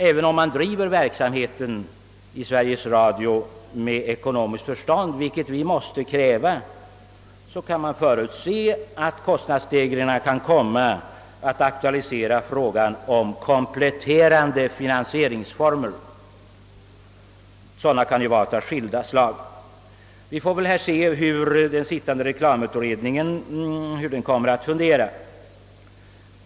Även om Sveriges Radio bedriver sin verksamhet med ekonomiskt förstånd — vilket vi måste kräva — kan det antas att kostnadsstegringarna kan komma att aktualisera frågan om kompletterande finansieringsformer, vilka kan vara av skilda slag. Vi får väl se vad den sittande reklamutredningen kommer att föreslå.